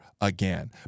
again